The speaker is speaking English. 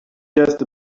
just